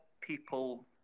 people